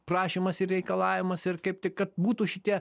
prašymas ir reikalavimas ir kaip tik kad būtų šitie